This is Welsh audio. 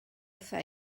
wrtha